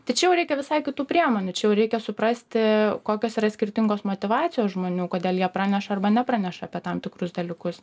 tai čia jau reikia visai kitų priemonių čia jau reikia suprasti kokios yra skirtingos motyvacijos žmonių kodėl jie praneša arba nepraneša apie tam tikrus dalykus